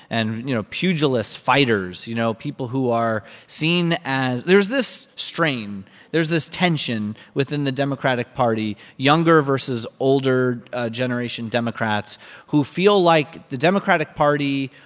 and, you know, pugilist fighters you know, people who are seen as there's this strain there's this tension within the democratic party, younger versus older-generation democrats who feel like the democratic party,